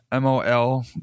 MOL